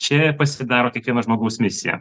čia pasidaro kiekvieno žmogaus misija